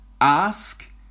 ask